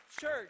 church